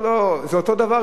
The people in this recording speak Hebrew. לא, זה התחיל אותו דבר.